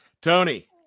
Tony